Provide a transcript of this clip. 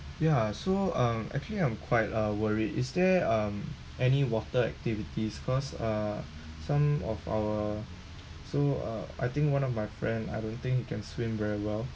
ya so um actually I'm quite uh worry is there um any water activities cause uh some of our so uh I think one of my friend I don't think he can swim very well